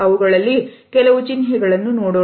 ಅವುಗಳಲ್ಲಿ ಕೆಲವು ಚಿಹ್ನೆಗಳನ್ನು ನೋಡೋಣ